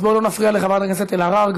אז בוא לא נפריע לחברת הכנסת אלהרר.